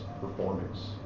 performance